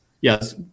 Yes